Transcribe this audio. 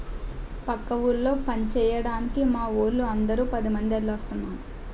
పక్క ఊళ్ళో పంచేయడానికి మావోళ్ళు అందరం పదిమంది ఎల్తన్నం